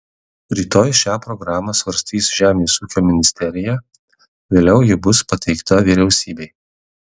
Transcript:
rytoj šią programą svarstys žemės ūkio ministerija vėliau ji bus pateikta vyriausybei